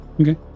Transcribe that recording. Okay